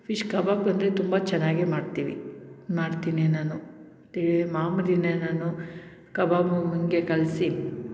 fish kebab ಅಂದರೆ ತುಂಬ ಚೆನ್ನಾಗೆ ಮಾಡ್ತೀವಿ ಮಾಡ್ತೀನಿ ನಾನು ತಿಳಿ ಮಾಮುಲಿಯೇ ನಾನು ಕಬಾಬು ಮುಂಗೆ ಕಲಿಸಿ